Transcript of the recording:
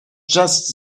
just